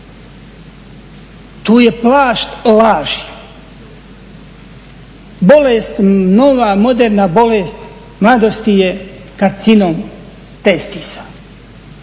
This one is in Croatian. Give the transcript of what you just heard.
Tu je plašt laži. Bolest, nova moderna bolest mladosti je karcinom testisa.